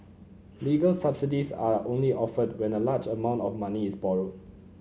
legal subsidies are only offered when a large amount of money is borrowed